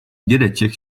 dědeček